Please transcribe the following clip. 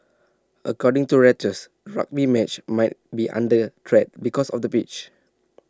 according to Reuters rugby match might be under threat because of the pitch